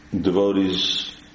devotees